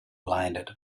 blinded